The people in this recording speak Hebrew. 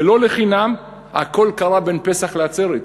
ולא לחינם הכול קרה בין פסח לעצרת.